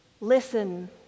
listen